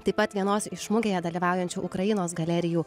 taip pat vienos iš mugėje dalyvaujančių ukrainos galerijų